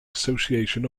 association